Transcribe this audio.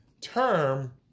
term